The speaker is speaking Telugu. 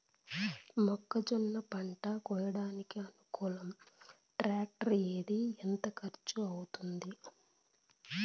మొక్కజొన్న పంట కోయడానికి అనుకూలం టాక్టర్ ఏది? ఎంత ఖర్చు అవుతుంది?